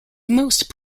most